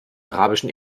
arabischen